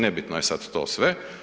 Nebitno je sad to sve.